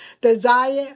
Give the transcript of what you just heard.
Desire